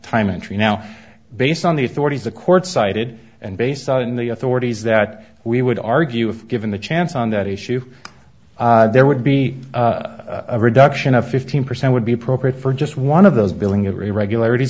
time entry now based on the authorities the court cited and based on the authorities that we would argue if given the chance on that issue there would be a reduction of fifteen percent would be appropriate for just one of those billing irregularities